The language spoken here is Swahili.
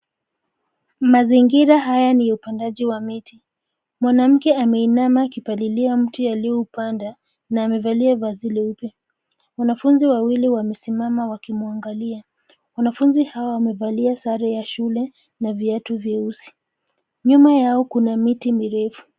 Mazingira haya ni upandaji wa miti. Mwanamke ameinama akipalilia mti alioupanda na amevalia vazi leupe.. Wanafunzi wawili wamesimama wakimwangalia. Wanafunzi hao wamevalia sare ya shule na viatu vyeusi. Nyuma yao kuna miti mirefu.